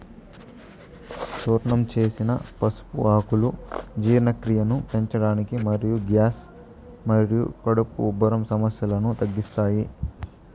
చూర్ణం చేసిన పసుపు ఆకులు జీర్ణక్రియను పెంచడానికి మరియు గ్యాస్ మరియు కడుపు ఉబ్బరం సమస్యలను తగ్గిస్తాయి